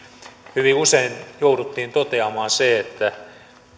hyvin usein jouduttiin toteamaan se että